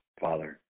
Father